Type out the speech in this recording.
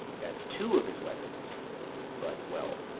that's two of his weapons but well.